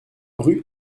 rue